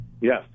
Yes